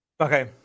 Okay